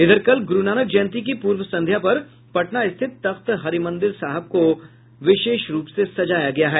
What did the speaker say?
इधर कल गुरूनानक जयंती की पूर्व संध्या पर पटना स्थित तख्त श्रीहरिमंदिर साहब को विशेष रूप से सजाया गया है